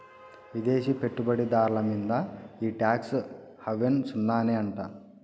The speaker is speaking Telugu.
విదేశీ పెట్టుబడి దార్ల మీంద ఈ టాక్స్ హావెన్ సున్ననే అంట